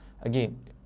again